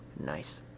nice